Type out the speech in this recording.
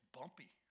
bumpy